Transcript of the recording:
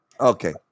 Okay